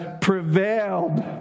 prevailed